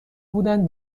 بودن